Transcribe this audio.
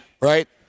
right